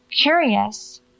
Curious